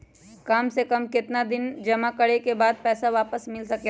काम से कम केतना दिन जमा करें बे बाद पैसा वापस मिल सकेला?